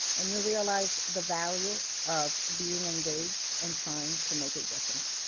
and you realize the value of being engaged and trying to make a difference.